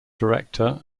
director